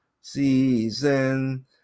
season